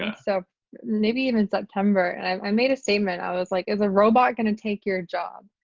ah so maybe even september and i made a statement, i was like is a robot gonna take your job?